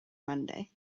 monday